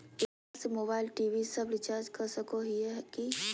एकरा से mobile TV सब रिचार्ज कर सको हियै की?